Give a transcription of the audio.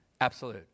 absolute